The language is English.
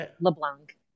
LeBlanc